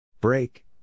Break